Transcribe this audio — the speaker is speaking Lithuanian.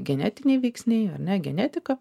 genetiniai veiksniai ar ne genetika